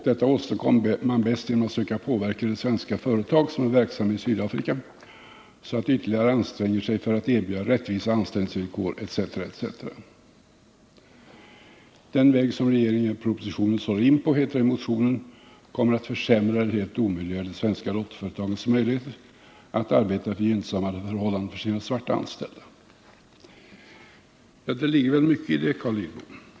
Detta åstadkommer man bäst genom att försöka påverka de svenska företag som är verksamma i Sydafrika, så att de ytterligare anstränger sig för att försöka erbjuda rättvisa anställningsvillkor, etc., etc. Den väg som regeringen enligt propositionen slår in på, heter det i motionen, kommer att försämra eller helt omintetgöra de svenska dotterföretagens möjligheter att arbeta för gynnsammare förhållanden för Det ligger väl mycket i det, Carl Lidbom?